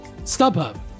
StubHub